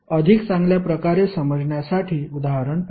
अधिक चांगल्या प्रकारे समजण्यासाठी उदाहरण पाहू